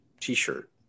T-shirt